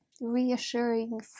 reassuring